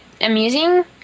amusing